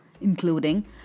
including